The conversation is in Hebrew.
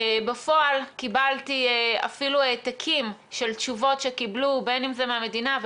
בפועל קיבלתי אפילו העתקים של תשובות שקיבלו בין אם זה מהמדינה,